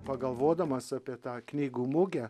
pagalvodamas apie tą knygų mugę